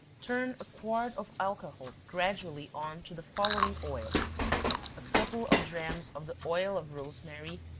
turn a quart of alcohol gradually on to the following oils a couple of drachms of the oil of rosemary,